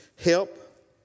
help